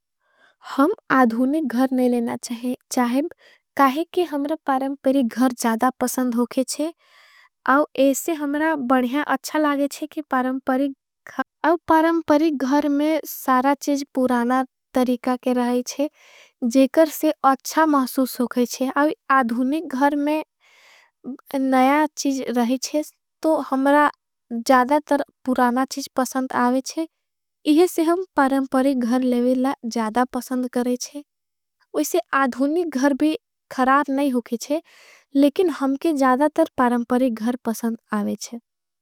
हम आधुनिक घर नहीं लेना चाहें चाहें क्योंकि हमरा परंपरी। घर ज़्यादा पसंद होके छे अव एसे हमरा बढ़िया अच्छा लागे। छे कि परंपरी घर अव परंपरी घर में सारा चेज पुराना तरीका। के रही छे जे कर से अच्छा महसूस होके छे अव आधुनिक। घर में नया चीज रही छे तो हमरा ज़्यादा तर पुराना चीज। पसंद आवे छे इसे से हम परंपरी घर लेविला ज़्यादा पसंद। करे छे उईसे आधुनिक घर भी खराब नहीं होके छे। लेकिन हमके ज़्यादा तर परंपरी घर पसंद आवे छे।